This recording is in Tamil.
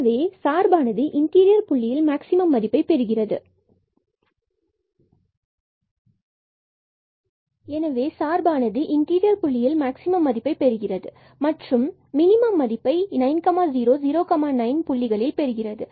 எனவே சார்பானது இன்டீரியர் புள்ளியில்11 மேக்சிமம் மதிப்பைப் பெறுகிறது மற்றும் மினிமம் மதிப்பை 90 and 09 புள்ளிகளை பெறுகிறது